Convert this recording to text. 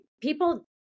People